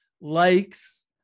likes